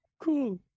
Cool